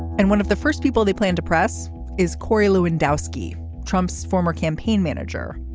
and one of the first people they plan to press is corey lewandowski trump's former campaign manager.